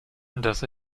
das